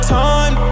time